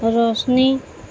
روشنی